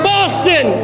Boston